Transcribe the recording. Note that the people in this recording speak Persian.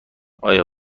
آیا